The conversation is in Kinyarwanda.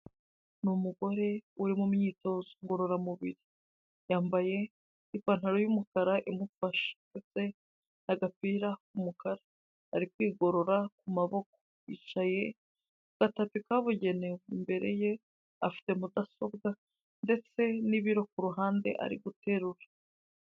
Ni umugore uri mu myitozo ngororamubiri, yambaye ipantaro y'umukara imufasha ndetse n'agapira k'umukara ari kwigorora ku maboko, yicaye ku gatapi kabugenewe, imbere ye afite mudasobwa ndetse n'ibiro ku ruhande ari guterura.